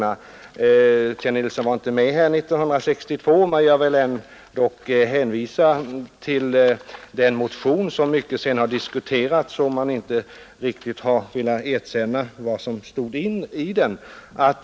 Herr Nilsson var visserligen inte med i riksdagen 1962, men jag vill ändå hänvisa till den motion som sedan diskuterats mycket och som man inte riktigt velat erkänna innehållet i.